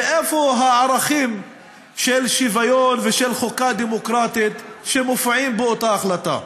ואיפה הערכים של שוויון ושל חוקה דמוקרטית שמופיעים באותה החלטה.